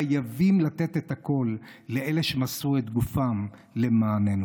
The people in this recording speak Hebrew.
חייבים לתת את הכול לאלה שמסרו את גופם למעננו.